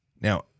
Now